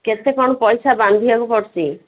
କେତେ କ'ଣ ପଇସା ବାନ୍ଧିବାକୁ ପଡୁଛି